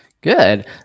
Good